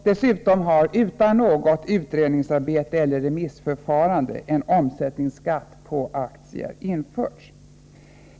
Dessutom har, utan något utredningsarbete eller remissförfarande, en omsättningsskatt på aktier införts.